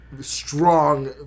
strong